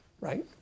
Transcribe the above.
right